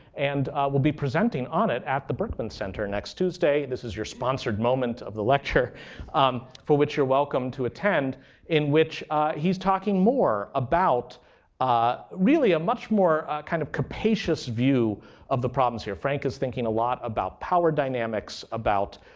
and we'll be presenting on it at the berkman center next tuesday. this is your sponsored moment of the lecture for which you're welcome to attend in which he's talking more about ah really a much more kind of capacious view of the problems here. frank is thinking a lot about power dynamics, about